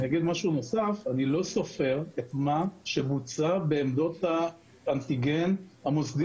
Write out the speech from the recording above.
אני אגיד משהו נוסף: אני לא סופר את מה שבוצע בעמדות האנטיגן המוסדיות.